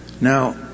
Now